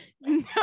No